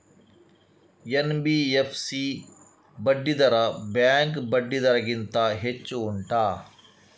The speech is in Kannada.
ಎನ್.ಬಿ.ಎಫ್.ಸಿ ಬಡ್ಡಿ ದರ ಬ್ಯಾಂಕ್ ಬಡ್ಡಿ ದರ ಗಿಂತ ಹೆಚ್ಚು ಉಂಟಾ